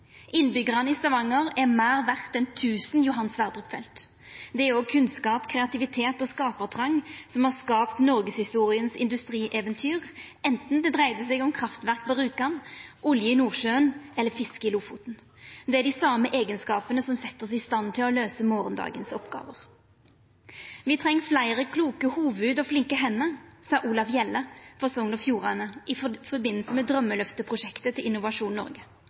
i Stavanger er meir verde enn tusen Johan Sverdrup-felt. Det er òg kunnskap, kreativitet og skapartrong som har skapt noregshistorias industrieventyr anten det dreidde seg om kraftverk på Rjukan, olje i Nordsjøen eller fiske i Lofoten. Det er dei same eigenskapane som set oss i stand til å løysa morgondagens oppgåver. «Vi treng fleire kloke hovud og flinke hender», sa Olav Hjelle frå Sogn og Fjordane i samband med draumeløfteprosjektet til Innovasjon